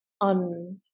on